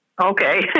Okay